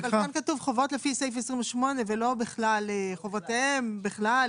כאן כתוב חובות לפי סעיף 28. ולא בכלל חובותיהם בכלל,